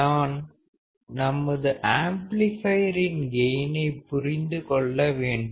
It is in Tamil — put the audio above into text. நாம் நமது ஆம்ப்ளிபையரின் கெயினை புரிந்து கொள்ள வேண்டும்